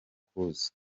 tukuzi